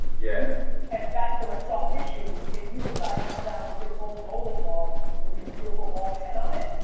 yeah and back to like soft tissue, if you decide to come out with your own rolling ball with your beautiful bald head on it,